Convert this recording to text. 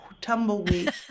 tumbleweed